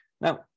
Now